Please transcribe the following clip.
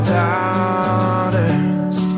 daughters